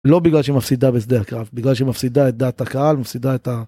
לא בגלל שמפסידה בשדה הקרב, בגלל שמפסידה את דעת הקהל, מפסידה את ה...